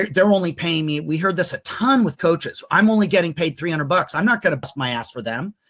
they're only paying me. we heard this a ton with coaches. i'm only getting paid three hundred bucks. i'm not going to risk my ass for them.